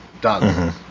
Done